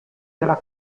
della